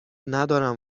ندارم